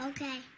Okay